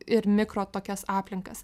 ir mikro tokias aplinkas